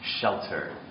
shelter